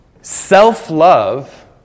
Self-love